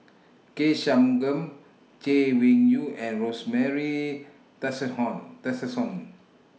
K Shanmugam Chay Weng Yew and Rosemary Tessensohn